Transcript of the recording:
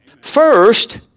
First